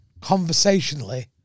conversationally